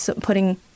putting